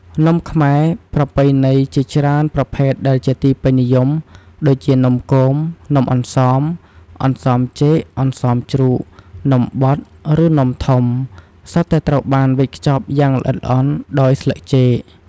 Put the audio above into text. នំខ្មែរប្រពៃណីជាច្រើនប្រភេទដែលជាទីពេញនិយម ដូចជា នំគម នំអន្សម (អន្សមចេក អន្សមជ្រូក) នំបត់ ឬនំធំ សុទ្ធតែត្រូវបានវេចខ្ចប់យ៉ាងល្អិតល្អន់ដោយស្លឹកចេក។